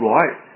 Right